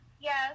yes